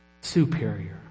superior